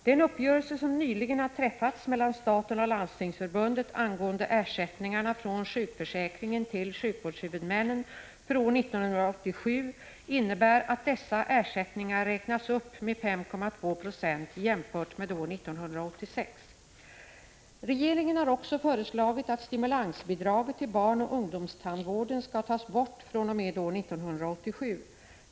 Den uppgörelse som nyligen har träffats mellan staten och Landstingsförbundet angående ersättningar från sjukförsäkringen till sjukvårdshuvudmännen för år 1987 innebär att dessa ersättningar räknas upp med 5,2 96 jämfört med år 1986. Regeringen har också föreslagit att stimulansbidraget till barnoch ungdomstandvården skall tas bort fr.o.m. år 1987.